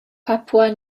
papua